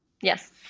yes